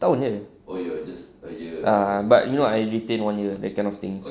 setahun jer ah ah but you know I retain one year that kind of thing so